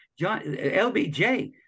LBJ